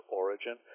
origin